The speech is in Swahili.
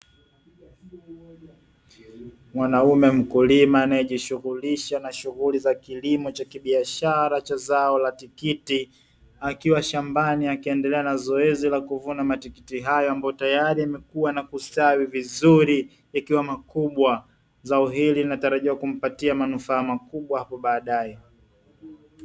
Mwanaume mkulima anayejishughulisha na shughuli za kilimo cha biashara cha zao la tikiti, akiwa shambani akiendelea na zoezi la kuvuna matikiti hayo ambayo tayari yamekua na kustawi vizuri, yakiwa makubwa. Zao hili linatarajiwa kumpatia manufaa makubwa hapo baadaye.